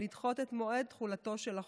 לדחות את מועד תחולתו של החוק.